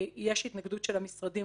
בוודאי מעבר ככול שאני יודעת,